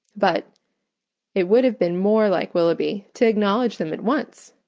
but it would have been more like willoughby to acknowledge them at once.